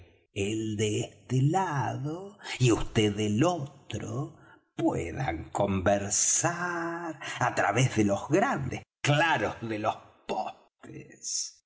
él de este lado y vd del otro puedan conversar á través de los grandes claros de los postes